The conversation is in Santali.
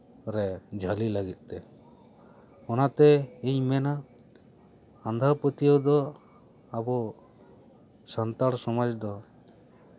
ᱨᱮ ᱡᱷᱟᱹᱞᱤ ᱞᱟᱹᱜᱤᱫ ᱛᱮ ᱚᱱᱟ ᱛᱮ ᱤᱧ ᱢᱮᱱᱟ ᱟᱸᱫᱷᱟᱯᱟᱹᱛᱭᱟᱹᱣ ᱫᱚ ᱟᱵᱚ ᱥᱟᱱᱛᱟᱲ ᱥᱚᱢᱟᱡᱽ ᱫᱚ